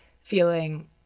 feeling